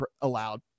allowed